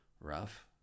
rough